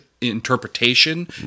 interpretation